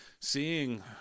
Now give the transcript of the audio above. seeing